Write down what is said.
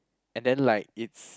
and then like it's